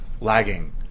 lagging